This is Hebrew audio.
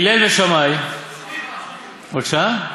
הלל ושמאי" בבקשה?